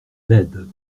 laides